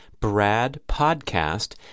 BRADPODCAST